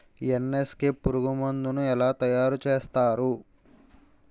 NSK పురుగు మందు ను ఎలా తయారు చేస్తారు?